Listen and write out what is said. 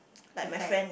prefect